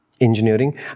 engineering